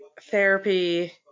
Therapy